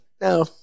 No